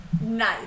Nice